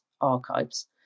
archives